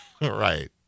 Right